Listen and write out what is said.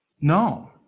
No